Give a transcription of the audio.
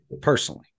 personally